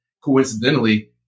coincidentally